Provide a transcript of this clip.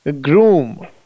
groom